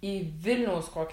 į vilniaus kokį